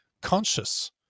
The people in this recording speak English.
conscious